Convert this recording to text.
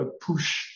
push